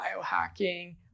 biohacking